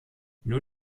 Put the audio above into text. nur